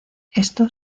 esto